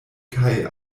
kaj